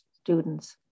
students